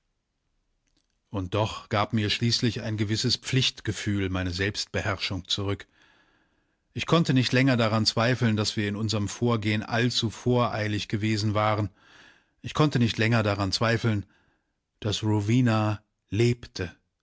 und doch gab mir schließlich ein gewisses pflichtgefühl meine selbstbeherrschung zurück ich konnte nicht länger daran zweifeln daß wir in unserm vorgehen allzu voreilig gewesen waren ich konnte nicht länger daran zweifeln daß rowena lebte